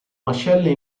mascella